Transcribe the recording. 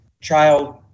child